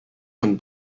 von